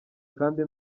kandi